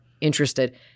interested